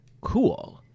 cool